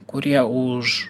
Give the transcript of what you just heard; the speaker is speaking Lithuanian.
kurie už